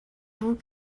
vous